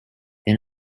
they